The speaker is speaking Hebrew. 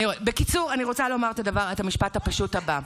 בקיצור, אני רוצה לומר את המשפט הפשוט הבא: